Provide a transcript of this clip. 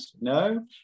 no